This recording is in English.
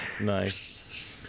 Nice